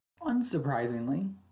unsurprisingly